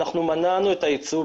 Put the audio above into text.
אנחנו מנענו את היצוא,